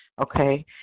okay